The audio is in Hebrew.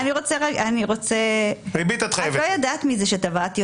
אני לא יודעת מזה שתבעת אותי,